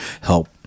help